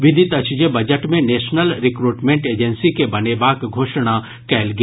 विदित अछि जे बजट मे नेशनल रिक्रूटमेंट एजेंसी के बनेबाक घोषणा कयल गेल